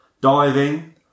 Diving